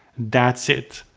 that's it.